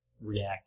react